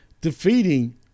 defeating